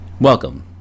Welcome